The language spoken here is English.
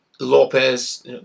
Lopez